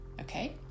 okay